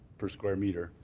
per square meter.